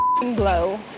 blow